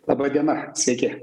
laba diena sveiki